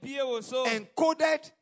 encoded